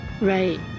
Right